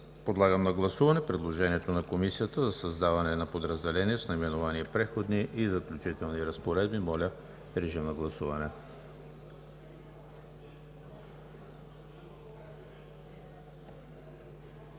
Подлагам на гласуване предложението на Комисията за създаване на подразделение с наименование „Преходни и заключителни разпоредби“. Гласували